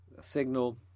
signal